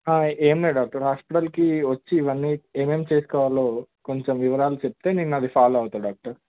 ఏమి లేదు డాక్టర్ హాస్పిటల్కి వచ్చి ఇవన్నీ ఏమేమి చేసుకోవాలో కొంచెం వివరాలు చెప్తే నేను అవి ఫాలో అవుతాను డాక్టర్